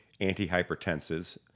antihypertensives